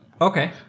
Okay